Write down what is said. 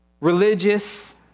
religious